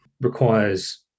requires